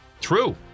True